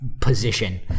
position